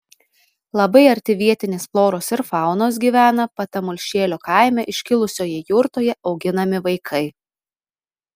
labai arti vietinės floros ir faunos gyvena patamulšėlio kaime iškilusioje jurtoje auginami vaikai